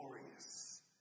glorious